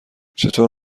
چطور